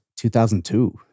2002